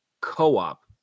co-op